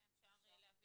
כן, אפשר להבין.